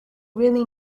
really